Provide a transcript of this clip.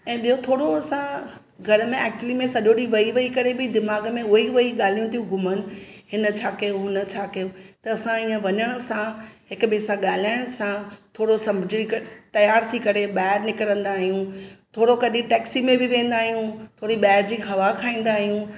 ऐं ॿियो थोरो असां घर में एक्चुली में सॼो ॾींहुं वेई वेई करे बि दिमाग़ु में उह ई उहा ई ॻाल्हियूं थियूं घुमनि हिन छा कयो हुन छा कयो त असां इअं वञण सां हिक ॿिए सां ॻाल्हाइण सां थोरो समुझी करे तयार थी करे ॿाहिरि निकिरंदा आहियूं थोरो कॾहिं टेक्सी में बि वेंदा आहियूं थोरी ॿाहिरि जी हवा खाईंदा आहियूं